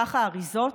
בפח האריזות.